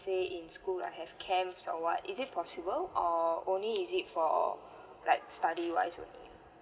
say in school I have camp or what is it possible or only is it for like studywise only